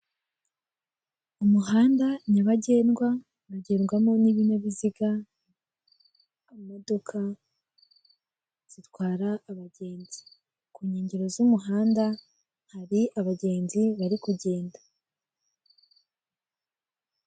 Umuhanda nyabagendwa haragendwamo n'ibinyabiziga imodoka zitwara abagenzi ku nkengero z'umuhanda hari abagenzi bari kugenda.